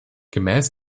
gemäß